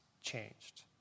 changed